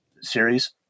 series